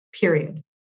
period